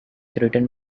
written